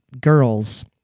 girls